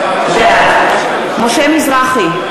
בעד משה מזרחי,